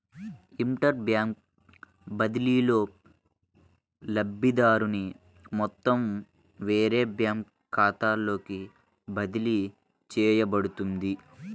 inter bank బదిలీలో, లబ్ధిదారుని మొత్తం వేరే బ్యాంకు ఖాతాలోకి బదిలీ చేయబడుతుంది